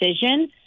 decision